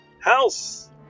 House